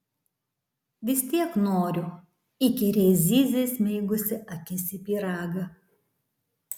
vis tiek noriu įkyriai zyzė įsmeigusi akis į pyragą